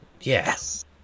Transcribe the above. yes